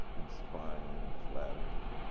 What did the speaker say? inspiring and flattering.